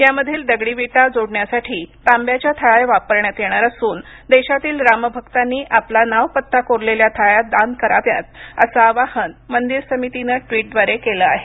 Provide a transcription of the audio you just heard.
यामधील दगडी विटा जोडण्यासाठी तांब्याच्या थाळ्या वापरण्यात येणार असून देशातील रामभक्तांनी आपला नाव पत्ता कोरलेल्या थाळ्या दान कराव्यात असं आवाहन मंदिर समितीनं ट्वीटद्वारे केलं आहे